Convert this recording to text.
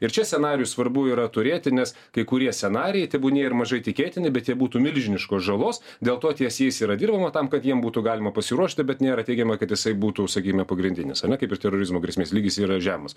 ir čia scenarijų svarbu yra turėti nes kai kurie scenarijai tebūnie ir mažai tikėtini bet jie būtų milžiniškos žalos dėl to ties jais yra dirbama tam kad jiem būtų galima pasiruošti bet nėra teigiama kad jisai būtų sakykime pagrindinis ane kaip ir terorizmo grėsmės lygis yra žemas